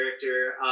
character